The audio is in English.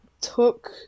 took